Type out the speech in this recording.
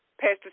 Pastor